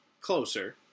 closer